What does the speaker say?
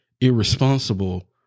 irresponsible